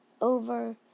over